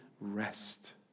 rest